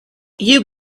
you